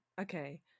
Okay